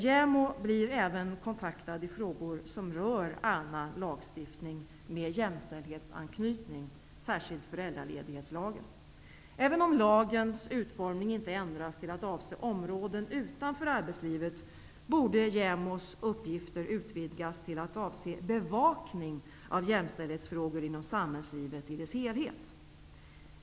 JämO blir även kontaktad i frågor med jämställdhetsanknytning som rör annan lagstiftning, särskilt i frågor som rör föräldraledighetslagen. Även om lagens utformning inte ändras till att avse områden utanför arbetslivet borde JämO:s uppgifter utvidgas till att avse bevakning av jämställdhetsfrågor inom samhällslivet i dess helhet.